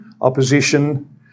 opposition